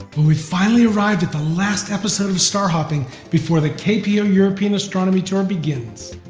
well we've finally arrived at the last episode of star hopping before the kpo european astronomy tour begins.